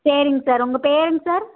சரிங்க சார் உங்கள் பேருங்க சார்